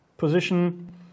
Position